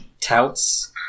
touts